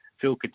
Phil